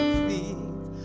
feet